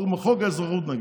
נגיד בחוק האזרחות.